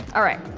alright.